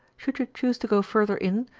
should you choose to go further in,